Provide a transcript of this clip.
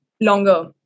longer